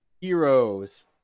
heroes